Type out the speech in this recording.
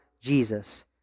Jesus